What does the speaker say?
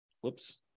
whoops